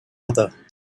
other